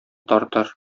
тартыр